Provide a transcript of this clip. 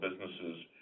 businesses